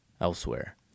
elsewhere